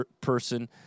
person